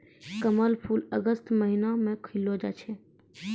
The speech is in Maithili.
कमल फूल अगस्त महीना मे खिललो जाय छै